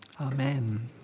Amen